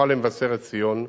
הסמוכה למבשרת-ציון,